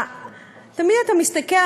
תמיד אתה מסתכל,